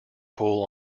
pool